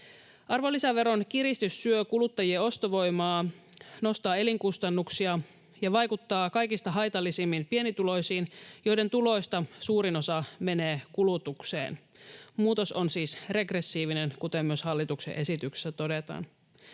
Arvonlisäveron kiristys syö kuluttajien ostovoimaa, nostaa elinkustannuksia ja vaikuttaa kaikista haitallisimmin pienituloisiin, joiden tuloista suurin osa menee kulutukseen. Muutos on siis regressiivinen, kuten myös hallituksen esityksessä todetaan.